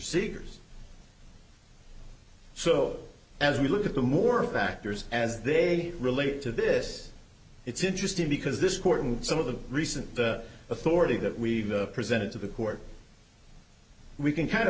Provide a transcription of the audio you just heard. seegers so as we look at the more factors as they relate to this it's interesting because this court and some of the recent authority that we've presented to the court we can kind of